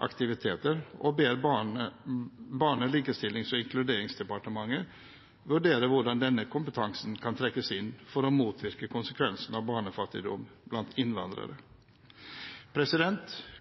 aktiviteter, og ber Barne-, likestillings- og inkluderingsdepartementet vurdere hvordan denne kompetansen kan trekkes inn for å motvirke konsekvensene av barnefattigdom blant innvandrere.